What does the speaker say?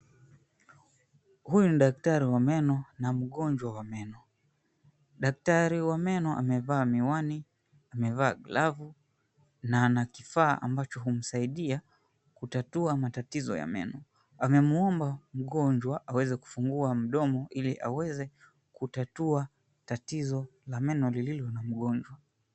Huyu ni daktari wa meno na mgonjwa wa meno. Daktari wa meno amevaa miwani, amevaa glavu na ana kifaa ambacho humsaidia kutatua matatizo ya meno. Amemuomba mgonjwa aweze kufungua mdomo ili aweze kutatua tatizo la meno lililo la mgonjwa.